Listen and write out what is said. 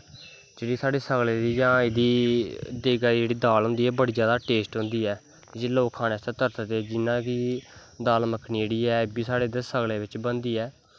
जेह्ड़ी साढ़ी सगले दी जां एह्दे देगा जेह्ड़ी दाल होंदी ऐ एह् बड़ी जैदा टेस्ट होंदी ऐ इस्सी लोग खानै आस्तै तरसदे जि'यां कि दाल मक्खनी जेह्ड़ी ऐ एह् बी साढ़े इद्धर सगले च बनदी ऐ